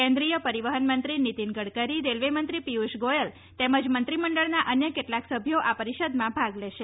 કેન્દ્રીય પરિવહન મંત્રી નીતિન ગડકરી રેલવેમંત્રી પિયુષ ગોથલ તેમજ મંત્રીમંડળના અન્ય કેટલાક સભ્યો આ પરિષદમાં ભાગ લેશે